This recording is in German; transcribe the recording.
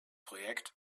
projekt